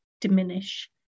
diminish